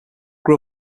grew